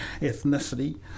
ethnicity